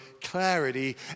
clarity